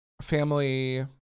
family